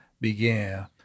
began